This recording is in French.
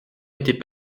était